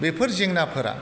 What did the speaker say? बेफोर जेंनाफोरा